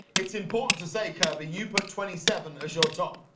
it's important to say, kirby, you put twenty seven as your top.